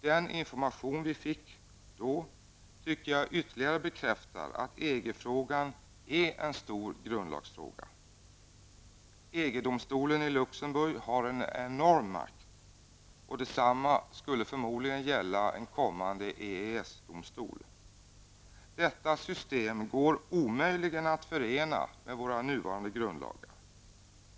Den information vi då fick tycker jag ytterligare bekräftar att EG-frågan är en stor grundlagsfråga. EG-domstolen i Luxemburg har en enorm makt, och detsamma skulle förmodligen gälla en kommande EES-domstol. Detta system går omöjligen att förena med våra nuvarande grundlagar.